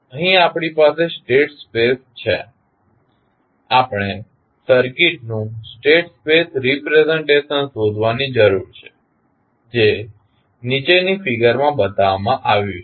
અહીં આપણી પાસે સ્ટેટ સ્પેસ છે આપણે સર્કિટનું સ્ટેટ સ્પેસ રીપ્રેઝન્ટેશન શોધવાની જરૂર છે જે નીચેની ફિગર માં બતાવવામાં આવ્યું છે